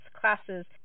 classes